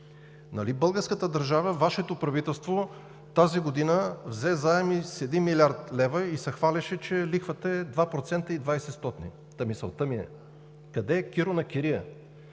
Нали българската държава, Вашето правителство, тази година взе заеми 1 млрд. лв. и се хвалеше, че лихвата е 2,20%? Мисълта ми е: къде е Киро на кирия?